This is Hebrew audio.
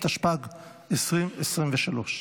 התשפ"ג 2023,